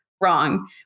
Wrong